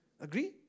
agree